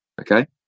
Okay